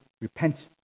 repent